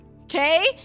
okay